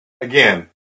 Again